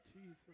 Jesus